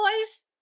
boys